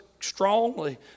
Strongly